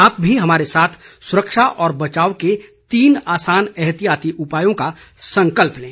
आप भी हमारे साथ सुरक्षा और बचाव के तीन आसान एहतियाती उपायों का संकल्प लें